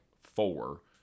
four